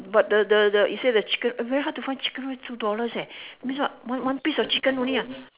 but the the the you say the chicken very hard to find chicken with two dollars eh means what one one piece of chicken only ah